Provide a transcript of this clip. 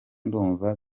ndumva